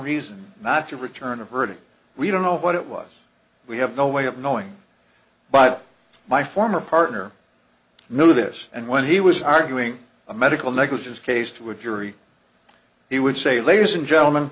reason not to return a verdict we don't know what it was we have no way of knowing but my former partner know this and when he was arguing a medical negligence case to a jury he would say ladies and gentlemen